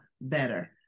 better